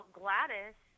gladys